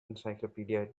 encyclopedia